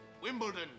Wimbledon